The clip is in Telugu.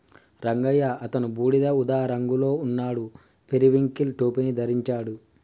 రంగయ్య అతను బూడిద ఊదా రంగులో ఉన్నాడు, పెరివింకిల్ టోపీని ధరించాడు